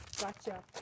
Gotcha